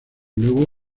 luego